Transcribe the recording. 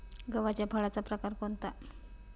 गव्हाच्या फळाचा प्रकार कोणता?